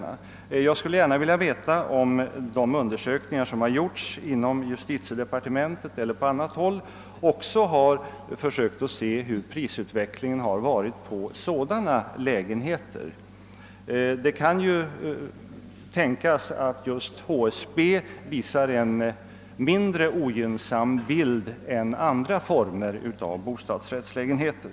Jag skulle mycket gärna vilja veta om de undersökningar som gjorts inom justitiedepartementet eller på annat håll också har försökt Klarlägga hurudan prisutvecklingen har varit på sådana lägenheter. Det kan ju tänkas att just HSB:s lägenheter visar en mindre ogynnsam bild än andra former av bostadsrättslägenheter.